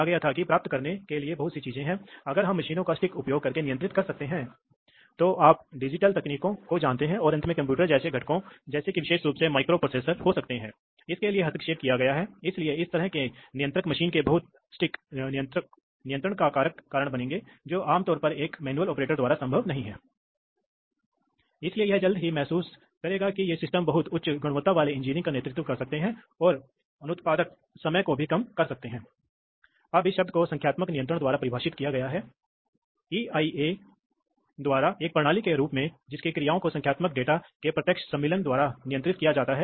अब यह पता चला है कि आम तौर पर एक है का एक लाभ है आप इन दोनों को जानते हैं इन दो मामलों को मीटर इन फ्लो कंट्रोल और मीटर आउट फ्लो कंट्रोल कहा जाता है इसलिए मीटर इन तब होता है जब आप फ्लो कंट्रोल वाल्व लगाते हैं इनकमिंग एयर फ्लो और मीटर आउट तब होता है जब आप इसे आउटगोइंग एयर फ्लो में डालते हैं